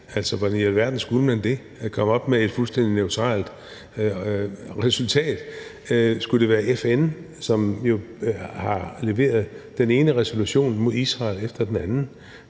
sag. Hvordan i alverden skulle man det, komme op med et fuldstændig neutralt resultat? Skulle det være FN, som jo har leveret den ene resolution efte efter den anden